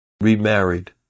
remarried